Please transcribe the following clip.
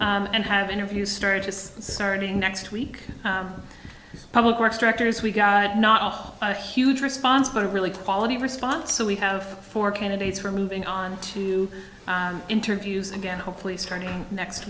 end and have interviews started just starting next week public works directors we got not a huge response but a really quality response so we have four candidates we're moving on to interviews again hopefully starting next